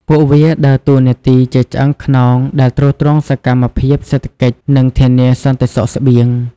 ពួកវាដើរតួនាទីជាឆ្អឹងខ្នងដែលទ្រទ្រង់សកម្មភាពសេដ្ឋកិច្ច និងធានាសន្តិសុខស្បៀង។